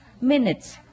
minutes